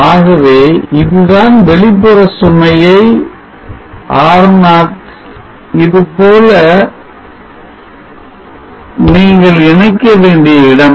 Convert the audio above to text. ஆகவே இதுதான் வெளிப்புற சுமையை R0 இதுபோல நீங்கள் இணைக்க வேண்டிய இடம்